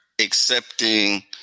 accepting